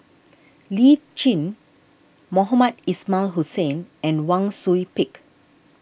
Lee Tjin Mohamed Ismail Hussain and Wang Sui Pick